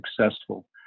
successful